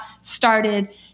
started